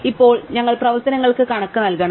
ഇപ്പോൾ ഞങ്ങൾ പ്രവർത്തനങ്ങൾക്ക് കണക്ക് നൽകണം